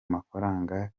mafaranga